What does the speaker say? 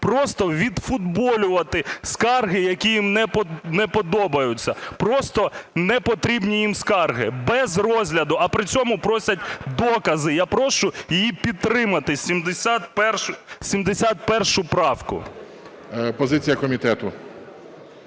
просто відфутболювати скарги, які їм не подобаються, просто непотрібні їм скарги без розгляду. А при цьому просять докази. Я прошу її підтримати, 71 правку. ГОЛОВУЮЧИЙ. Позиція комітету.